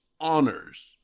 honors